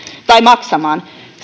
maksamaan